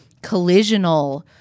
collisional